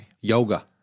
yoga